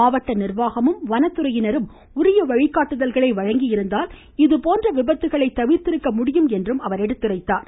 மாவட்ட நிர்வாகமும் வனத்துறையினரும் உரிய வழிக்காட்டுதல்களை வழங்கியிருந்தால் இதுபோன்ற விபத்துக்களை தவிர்த்திருக்க முடியும் என்று சுட்டிக்காட்டினார்